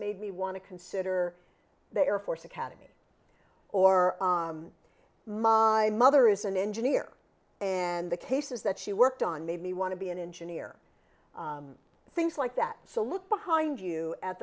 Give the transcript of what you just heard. made me want to consider the air force academy or my mother is an engineer and the cases that she worked on made me want to be an engineer things like that so look behind you at